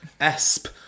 Esp